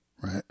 right